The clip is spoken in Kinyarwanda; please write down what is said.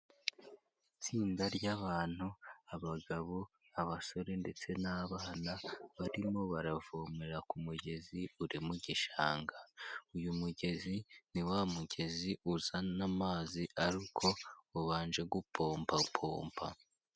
Itsinda ry'abantu abagabo, abasore, ndetse n'abana barimo baravomera kumugezi uri mu gishanga. Uyu mugezi ni wa mugezi uzana amazi ariko ubanje gupopapopa.